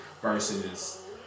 versus